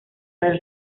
del